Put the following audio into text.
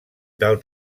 del